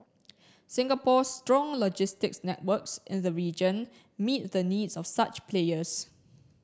Singapore strong logistics networks in the region meet the needs of such players